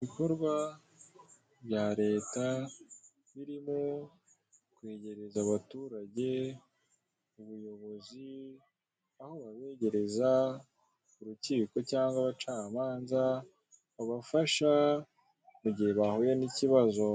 Ibikorwa bya leta birimo kwegereza abaturage ubuyobozi, aho babegereza urukiko cyangwa abacamanza babafasha igihe bahuye n'ikibazo.